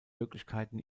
möglichkeiten